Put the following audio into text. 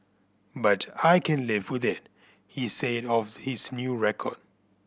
but I can live with it he said of his new record